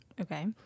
Okay